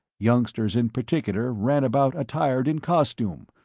youngsters in particular ran about attired in costume,